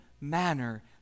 manner